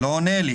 אתה לא עונה לי.